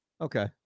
Okay